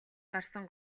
гарсан